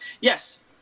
Yes